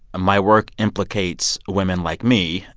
my work implicates women like me,